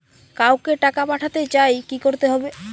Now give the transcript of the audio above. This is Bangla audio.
কাউকে টাকা পাঠাতে চাই কি করতে হবে?